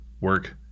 work